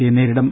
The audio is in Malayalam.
സിയെ നേരിടും